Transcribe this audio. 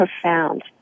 profound